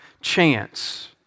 chance